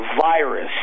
virus